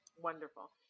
Wonderful